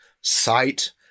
sight